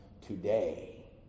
today